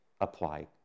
apply